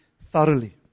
thoroughly